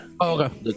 Okay